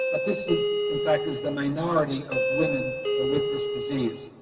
but this in fact is the minority of women with this disease.